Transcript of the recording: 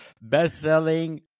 best-selling